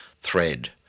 thread